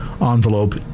Envelope